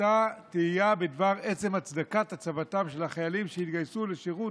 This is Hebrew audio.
עלתה תהייה בדבר עצם הצדקת הצבתם של החיילים שהתגייסו לשירות